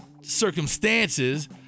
circumstances